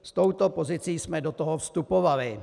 S touto pozicí jsme do toho vstupovali.